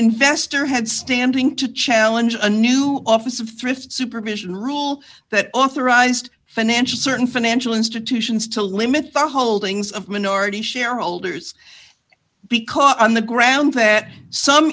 investor had standing to challenge a new office of thrift supervision rule that authorized financial certain financial institutions to limit the holdings of minority shareholders because on the grounds that some